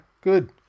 good